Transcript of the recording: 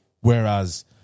Whereas